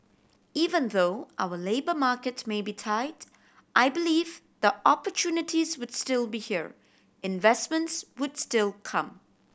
even though our labour markets may be tight I believe the opportunities would still be here investments would still come